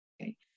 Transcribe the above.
okay